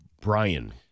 Brian